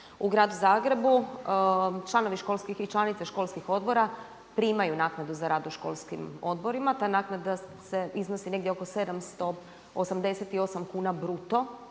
U Gradu Zagrebu članovi i članice školskih odbora primaju naknadu za rad u školskim odborima. Ta naknada iznosi negdje oko 788 kuna bruto